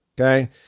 Okay